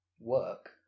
work